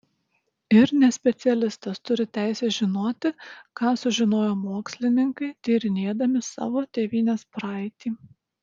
ir nespecialistas turi teisę žinoti ką sužinojo mokslininkai tyrinėdami savo tėvynės praeitį